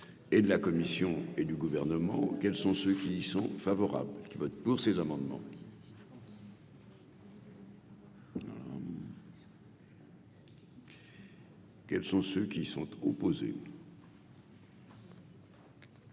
et de la Commission et du gouvernement, quels sont ceux qui y sont favorables, qui votent pour ces amendements. Quels sont ceux qui y sont opposés.